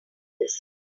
this